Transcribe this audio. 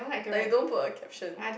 like you don't put a caption